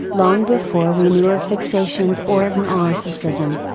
long before we knew of fixations or of narcissism.